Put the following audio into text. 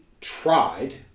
tried